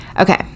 Okay